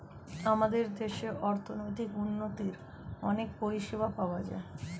আমাদের দেশে অর্থনৈতিক উন্নতির অনেক পরিষেবা পাওয়া যায়